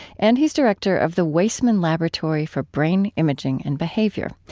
and he's director of the waisman laboratory for brain imaging and behavior.